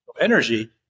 energy